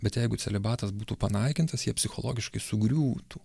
bet jeigu celibatas būtų panaikintas jie psichologiškai sugriūtų